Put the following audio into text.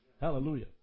Hallelujah